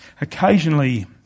Occasionally